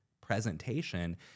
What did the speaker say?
presentation